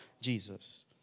Jesus